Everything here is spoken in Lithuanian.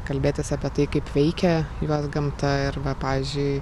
kalbėtis apie tai kaip veikia juos gamta ir va pavyzdžiui